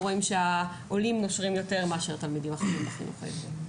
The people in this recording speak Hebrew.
רואים שהעולים נושרים יותר מאשר תלמידים אחרים בחינוך העברי.